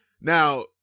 Now